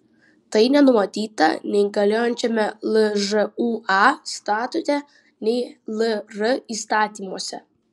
tai nenumatyta nei galiojančiame lžūa statute nei lr įstatymuose